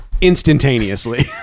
instantaneously